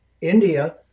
India